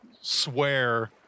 swear